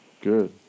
good